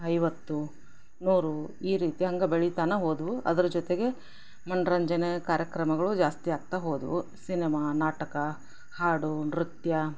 ಐವತ್ತು ನೂರು ಈ ರೀತಿ ಹಾಗೆ ಬೆಳಿತಾನೇ ಹೋದವು ಅದ್ರ ಜೊತೆಗೆ ಮನರಂಜನೆ ಕಾರ್ಯಕ್ರಮಗಳು ಜಾಸ್ತಿ ಆಗ್ತಾ ಹೋದವು ಸಿನಮಾ ನಾಟಕ ಹಾಡು ನೃತ್ಯ